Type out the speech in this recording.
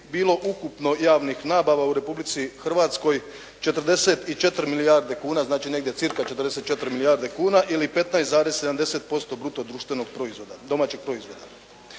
bilo ukupno javnih nabava u Republici Hrvatskoj 44 milijarde kuna, znači negdje cirka 44 milijarde kuna ili 15,70% bruto društvenog proizvoda, domaćeg proizvoda.